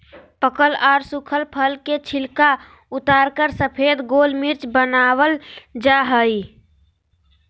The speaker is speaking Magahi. पकल आर सुखल फल के छिलका उतारकर सफेद गोल मिर्च वनावल जा हई